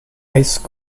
ice